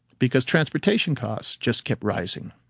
because transportation costs just kept rising.